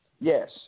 Yes